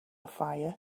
fire